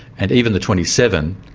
and even the twenty seven,